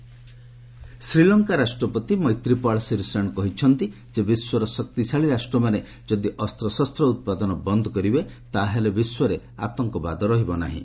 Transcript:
Sri Lanka president Sri Lanka ରାଷ୍ଟ୍ରପତି ମୈତ୍ରୀପାଳ ଶିରିସେନ କହିଛନ୍ତି ଯେ ବିଶ୍ୱର ଶକ୍ତିଶାଳୀ ରାଷ୍ଟ୍ରମାନେ ଯଦି ଅସ୍ତ୍ରଶସ୍ତ ଉତ୍ପାଦନ ବନ୍ଦ କରିବେ ତାହେଲେ ବିଶ୍ୱରେ ଆତଙ୍କବାଦ ରହିବ ନାହିଁ